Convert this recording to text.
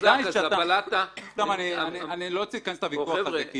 אז הבלטה --- אני לא רוצה להיכנס לוויכוח הזה,